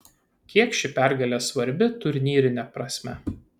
kiek ši pergalė svarbi turnyrine prasme